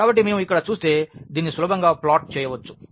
కాబట్టి మేము ఇక్కడ చూస్తే దీన్ని సులభంగా ప్లాట్ చేయవచ్చు